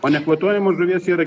o nekvatojama žuvies yra